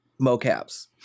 mocaps